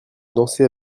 danser